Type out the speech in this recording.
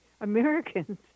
Americans